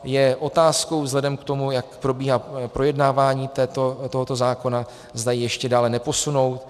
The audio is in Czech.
Je otázkou, vzhledem k tomu, jak probíhá projednávání tohoto zákona, zda ji ještě dále neposunout.